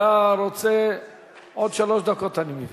אתה רוצה עוד שלוש דקות, אני מבין.